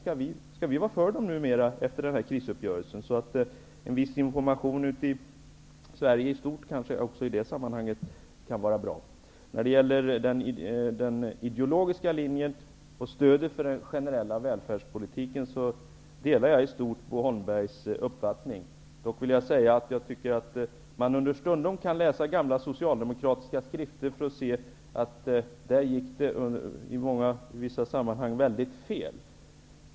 Skall vi vara för dem numera efter krisuppgörelsen?'' En viss information ut till Sverige i stort kanske kan vara bra även i det sammanhanget. När det gäller den ideologiska linjen och stödet för den generella välfärdspolitiken delar jag i stort Bo Holmbergs uppfattning. Jag vill dock säga att man understundom kan läsa gamla socialdemokratiska skrifter för att se att här gick det i vissa sammanhang mycket fel.